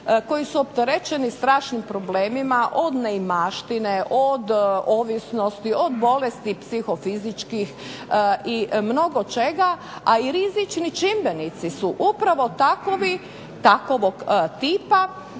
koji su opterećeni strašnim problemima od neimaštine, od ovisnosti, od bolesti psihofizičkih i mnogo čega a i rizični čimbenici su upravo takovog tipa